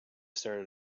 started